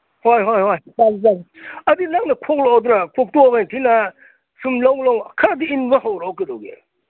ꯍꯣꯏ ꯍꯣꯏ ꯍꯣꯏ ꯑꯗꯨ ꯅꯪꯅ ꯈꯣꯛꯂꯛꯑꯣꯗꯅ ꯈꯣꯛꯇꯣꯛꯑꯒ ꯏꯟꯊꯤꯅ ꯁꯨꯝ ꯂꯧ ꯂꯧ ꯈꯔꯗꯤ ꯏꯟꯕ ꯍꯧꯔꯛꯎ ꯀꯩꯗꯧꯒꯦ